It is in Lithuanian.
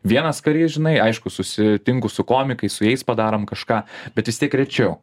vienas karys žinai aišku susitinku su komikais su jais padarom kažką bet vis tiek rečiau